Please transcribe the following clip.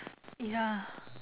ya